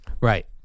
Right